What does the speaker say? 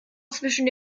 zwischen